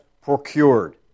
procured